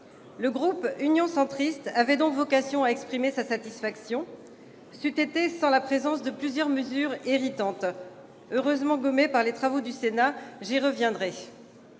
Le groupe Union Centriste avait donc vocation à exprimer sa satisfaction. C'eut été sans la présence de plusieurs mesures irritantes, heureusement gommées par les travaux du Sénat ; j'y reviendrai.